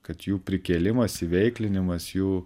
kad jų prikėlimas įveiklinimas jų